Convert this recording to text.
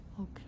Okay